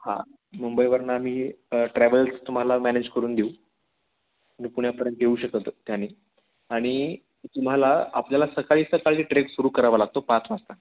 हां मुंबईवरून आम्ही ट्रॅव्हल्स तुम्हाला मॅनेज करून देऊ पुण्यापर्यंत येऊ शकत त्यांनी आणि तुम्हाला आपल्याला सकाळी सकाळी ट्रेक सुरू करावा लागतो पाच वाजता